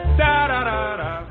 da-da-da-da